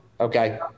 Okay